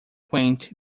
quaint